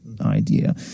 idea